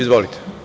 Izvolite.